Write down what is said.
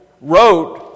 wrote